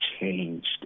changed